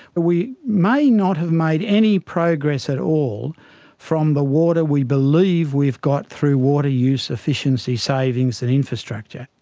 we may not have made any progress at all from the water we believe we've got through water use efficiency savings and infrastructure.